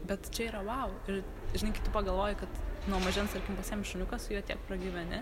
bet čia yra vau ir žinai kai tu pagalvoji kad nuo mažens tarkim pasiemi šuniuką su juo tiek pragyveni